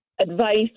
Advice